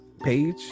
page